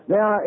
Now